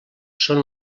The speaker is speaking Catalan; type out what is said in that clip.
són